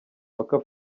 waka